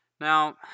Now